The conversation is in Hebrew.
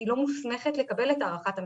היא לא מוסמכת לקבל את הערכת המסוכנות.